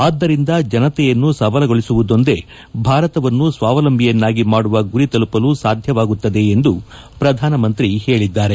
ಆದ್ದರಿಂದ ಜನತೆಯನ್ನು ಸಬಲಗೊಳಿಸುವುದೊಂದೇ ಭಾರತವನ್ನು ಸ್ಲಾವಂಲಬಿಯನ್ನಾಗಿ ಮಾಡುವ ಗುರಿ ತಲುಪಲು ಸಾಧ್ಯವಾಗುತ್ತದೆ ಎಂದು ಅವರು ಹೇಳಿದ್ದಾರೆ